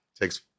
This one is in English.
takes